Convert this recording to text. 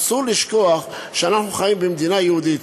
אסור לשכוח שאנחנו חיים במדינה יהודית,